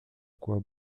quoi